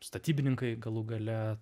statybininkai galų gale